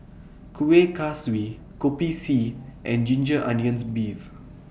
Kuih Kaswi Kopi C and Ginger Onions Beef